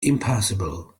impassable